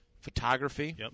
photography